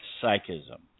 psychism